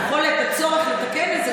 הצורך לתקן את זה,